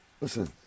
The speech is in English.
Listen